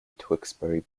tewkesbury